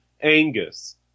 Angus